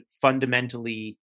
fundamentally